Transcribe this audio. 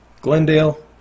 Glendale